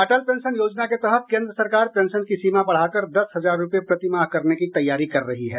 अटल pension Yojana के तहत केन्द्र सरकार पेंशन की सीमा बढ़ाकर दस हजार रूपये प्रतिमाह करने की तैयारी कर रही है